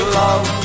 love